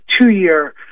two-year